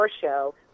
show